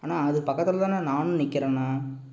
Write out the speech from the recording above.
அண்ணா அது பக்கத்தில்தாண்ணா நானும் நிற்குறேண்ணா